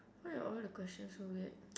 why are all the questions so weird